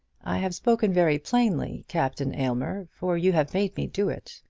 i have spoken very plainly, captain aylmer, for you have made me do it.